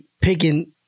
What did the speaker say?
picking